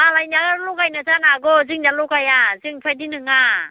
मालायना लगायनाय जानो हागौ जोंना लगाया जों बेफोरबायदि नङा